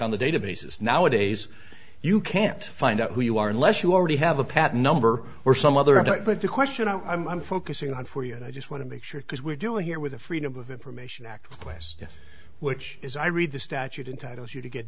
on the databases nowadays you can't find out who you are unless you already have a patent number or some other object but the question i'm focusing on for you and i just want to make sure because we're doing here with the freedom of information act request which is i read the statute entitle you to get